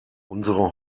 unsere